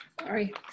Sorry